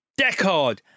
Deckard